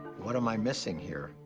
what am i missing here?